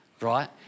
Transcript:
right